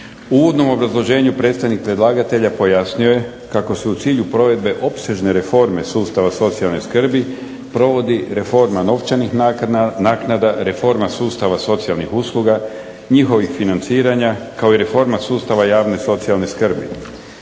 uvodnom obrazloženju predstavnik predlagatelja pojasnio je kako su u cilju provedbe opsežne reforme sustava socijalne skrbi provodi Reforma novčanih naknada, Reforma sustava socijalnih usluga, njihovih financiranja, kao i Reforma sustava javne socijalne skrbi.